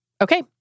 Okay